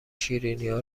شیرینیا